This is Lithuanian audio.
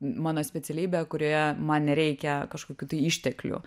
mano specialybė kurioje man nereikia kažkokių tai išteklių